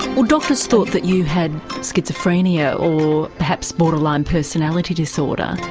well doctors thought that you had schizophrenia or perhaps borderline personality disorder.